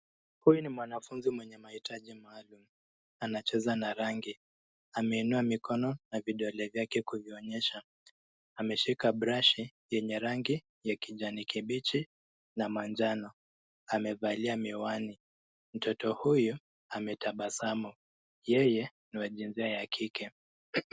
Huyu ni mwanafunzi mwenye maitaji maalum. Anacheza na rangi ,ameinua mikono na vidole vyake kuvionyesha. Ameshika brush yenye rangi ya kijani kibichi na manjano. Amevalia miwani. Mtoto ametabasamu. Yeye ni wa jinsia ya kike.